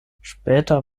später